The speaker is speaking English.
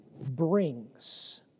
Brings